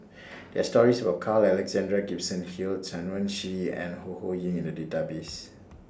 There Are stories about Carl Alexander Gibson Hill Chen Wen Hsi and Ho Ho Ying in The Database